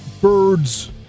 birds